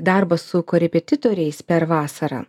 darbą su korepetitoriais per vasarą